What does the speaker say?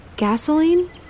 Gasoline